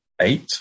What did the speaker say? eight